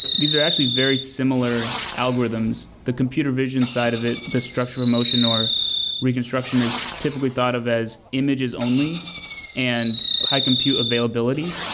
these are actually very similar algorithms. the computer vision's side of it, the structural motion or reconstruction is typically thought of as images only and high compute availability.